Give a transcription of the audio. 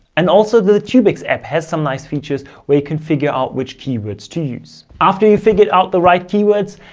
and also the tubics app has some nice features. we can figure out which keywords to use. after you figured out the right keywords.